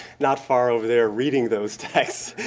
not far over there, reading those texts.